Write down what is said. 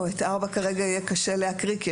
את סעיף 4 יהיה קשה להקריא כרגע,